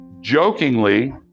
jokingly